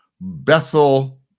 Bethel